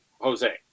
Jose